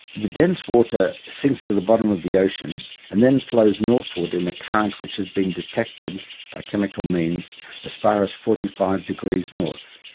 the dense water sinks to the bottom of the ocean and then flows northward in a current which has been detected by chemical means as far as forty five degrees north,